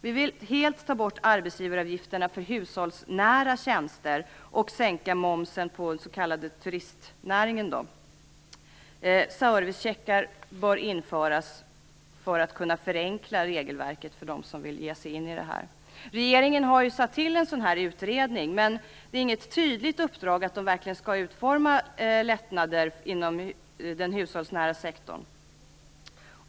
Vi vill helt ta bort arbetsgivaravgifterna för hushållsnära tjänster, och sänka momsen på den s.k. turistnäringen. Servicecheckar bör införas för att kunna förenkla regelverket för dem som vill ge sig in i detta. Regeringen har satt till en utredning, men den har inget tydligt uppdrag att verkligen utforma lättnader inom den hushållsnära sektorn.